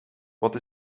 wat